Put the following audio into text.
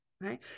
Right